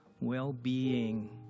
well-being